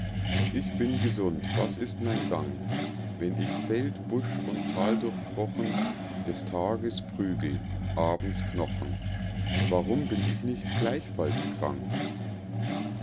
ich bin gesund was ist mein dank wenn ich feld busch und thal durchkrochen des tages prügel abends knochen warum bin ich nicht gleichfalls krank